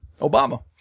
Obama